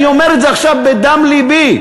אני אומר את זה עכשיו בדם לבי,